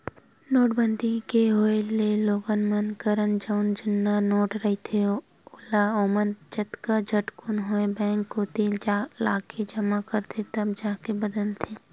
नोटबंदी के होय ले लोगन मन करन जउन जुन्ना नोट रहिथे ओला ओमन जतका झटकुन होवय बेंक कोती लाके जमा करथे तब जाके बदलाथे